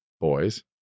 boys